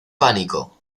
pánico